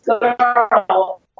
girl